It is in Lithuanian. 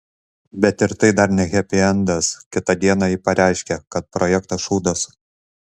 bet ir tai dar ne hepiendas kitą dieną ji pareiškė kad projektas šūdas